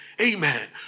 Amen